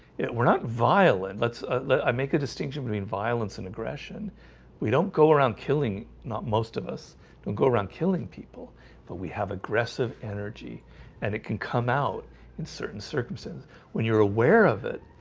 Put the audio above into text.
we're not violent. let's let i make a distinction between violence and aggression we don't go around killing not most of us don't go around killing people but we have aggressive energy and it can come out in certain circumstance when you're aware of it.